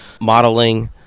modeling